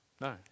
No